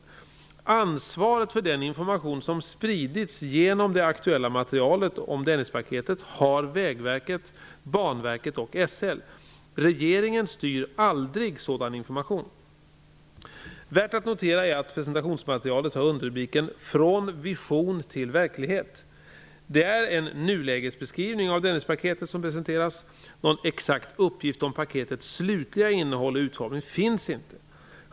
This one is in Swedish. Ansvaret för den information som spridits genom det aktuella materialet om Dennispaketet har Vägverket, Banverket och SL. Regeringen styr aldrig sådan information. Värt att notera är att presentationsmaterialet har underrubriken ''från vision till verklighet''. Det är en nulägesbeskrivning av Dennispaketet som presenteras. Någon exakt uppgift om paketets slutliga innehåll och utformning finns inte.